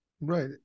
Right